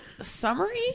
summary